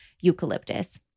eucalyptus